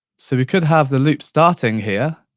so we could have the loop starting here,